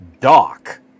dock